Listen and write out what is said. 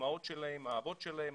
האבות שלהם,